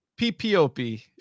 PPOP